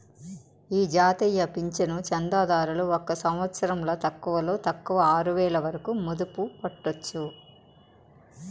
ఈ జాతీయ పింఛను చందాదారులు ఒక సంవత్సరంల తక్కువలో తక్కువ ఆరువేల వరకు మదుపు పెట్టొచ్చు